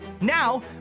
now